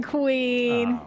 Queen